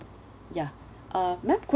ya uh ma'am could